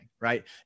Right